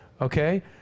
Okay